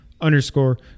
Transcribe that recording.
underscore